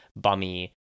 bummy